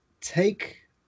take